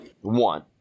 One